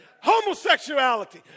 homosexuality